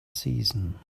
season